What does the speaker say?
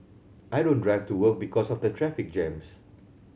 I don't drive to work because of the traffic jams